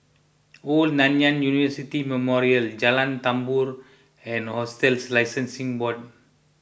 Old Nanyang University Memorial Jalan Tambur and Hotels Licensing Board